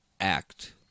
act